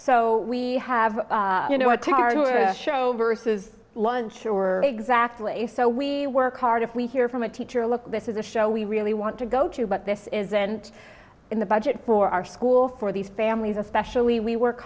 so we have you know a car show versus lunch or exactly so we work hard if we hear from a teacher look this is a show we really want to go to but this isn't in the budget for our school for these families especially we work